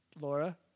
Laura